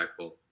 impactful